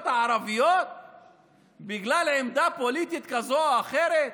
הערביות בגלל עמדה פוליטית כזאת או אחרת?